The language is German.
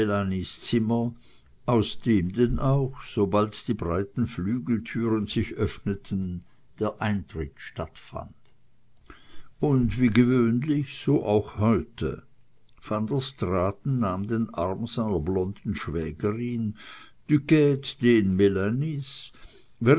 zimmer aus dem denn auch sobald die breiten flügeltüren sich öffneten der eintritt stattfand und wie gewöhnlich so auch heute van der straaten nahm den arm seiner blonden schwägerin duquede den